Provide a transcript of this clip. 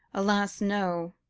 alas! no.